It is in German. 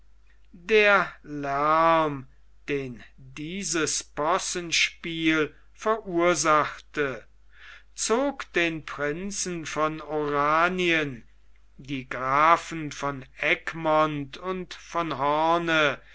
der lärm den dieses possenspiel verursachte zog den prinzen von oranien die grafen von egmont und von hoorn